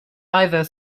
either